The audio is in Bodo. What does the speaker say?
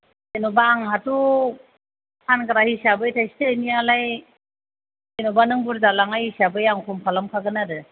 जेनेबा आंहाथ' फानग्रा हिसाबै थाइसे थाइनैयालाय जेनेबा नों बुरजा लांनाय हिसाबै आं खम खालामखागोन आरो